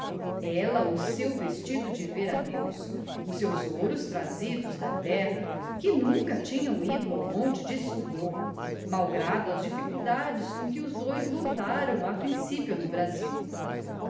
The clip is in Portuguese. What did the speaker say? ela o seu vestido de ver a deus os seus ouros trazidos da terra que nunca tinham ido ao monte de socorro malgrado as dificuldades com que os dois lutaram a principio no brasil